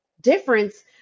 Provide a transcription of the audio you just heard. difference